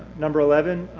number eleven,